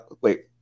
wait